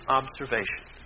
observation